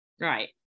Right